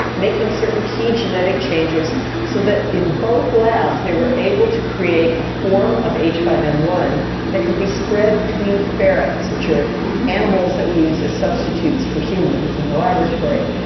making certain key genetic changes so that in both labs they were able to create a form of h five n one that can be spread between ferrets, which are animals that we use as substitutes for humans in the laboratory,